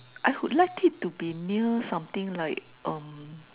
I would like it to be near something like uh